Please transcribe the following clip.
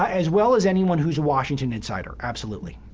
as well as anyone who's a washington insider, absolutely.